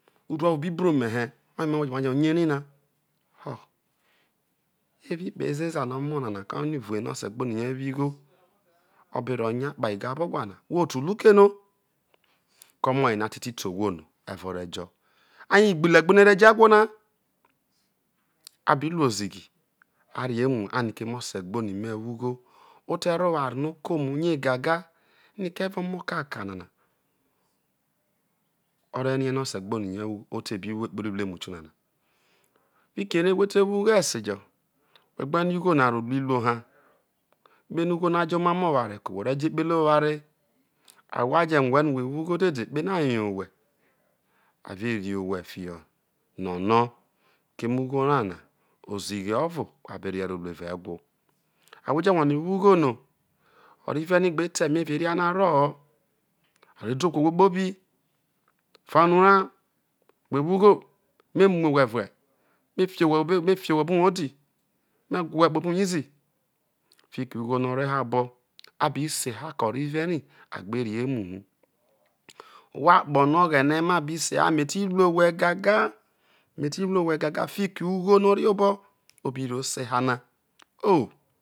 Udu o̱vo bi ome̱ he̱ oye me̱ wa je nya erena ho̱ evao ikpe ezeza no̱ o̱mo na ko̱ o̱ wane ilu hemu no̱ ose gboni wo igho o̱ be ro nya kpa igabo̱ gwa na wo otulu uke ro ko̱ o̱mo̱ yena te ti te ohwo no e̱ve̱ o re jo ai ho̱ igbulegbu ro e̱ ra̱ jo̱ ewho na a bi ru ozighia rri emu ho ano̱ keme o̱ se̱ gbo nime̱ wougho o̱te̱ ro oware no oke ome uyega ino ke̱ eve omo kakaonana o̱ re̱ rie̱ no̱ o̱se̱ gbonirie wougho o te bi ro ekpehre uruemo tionana fikiere whe̱ te wo ugwo esejo whe̱ gbe̱ rie̱ ugho na roro imo ha kpeno ugho na jo̱ omam o̱ oware ke owhe o̱ rejo̱ ekpehre oware ahwo je̱ rue owheno̱ whewo ugho dede kpeno a yo uwhe̱ a ve ru awhe fiho nono keme ugho ra na ozighi ovo abe rehie ro ru evai ewho ahwojo wane woughono oriue rai gbe to eme evao orbe no̱ aroho a re do ku ohwo kpobi fa unura whe wo ugho memu owhe ure me fi owhe̱ oba me fi owhe ho̱ obo uwoo odi me wha owhe kpobo uwo oyinzi fiki ughono o re rai obo a bi seha ke̱ onud rai a gbe rri emu hu ohwo akpo̱ no̱ oghenema bi seha metiru owhe gaga theti ru owhe gaga fiki ugho no̱ o̱ rie obo obi ro sehana oh.